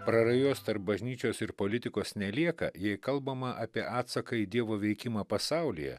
prarajos tarp bažnyčios ir politikos nelieka jei kalbama apie atsaką į dievo veikimą pasaulyje